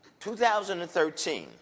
2013